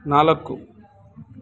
ನಾಲ್ಕು